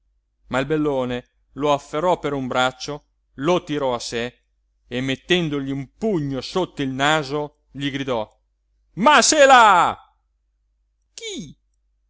bellone lo afferrò per un braccio lo tirò a sé e mettendogli un pugno sotto il naso gli gridò ma se è là chi